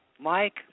Mike